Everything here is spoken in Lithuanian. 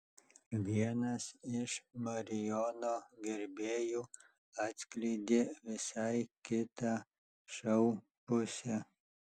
vienas iš marijono gerbėjų atskleidė visai kitą šou pusę